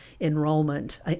enrollment